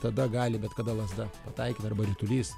tada gali bet kada lazda pataikyt arba ritulys